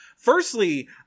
Firstly